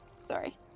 Sorry